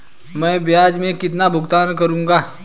मैं ब्याज में कितना भुगतान करूंगा?